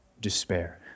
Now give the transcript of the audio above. Despair